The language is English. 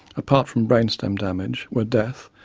apart from brain stem damage where death,